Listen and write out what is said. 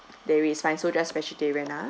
dairy is fine so just vegetarian ah